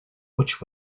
which